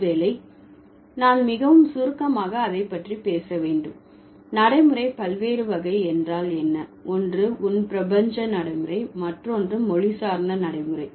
ஒருவேளை நான் மிகவும் சுருக்கமாக அதை பற்றி பேச வேண்டும் நடைமுறை பல்வேறு வகை என்றால் என்ன ஒன்று உன் பிரபஞ்ச நடைமுறை மற்றொன்று மொழி சார்ந்த நடைமுறை